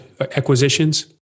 acquisitions